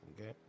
okay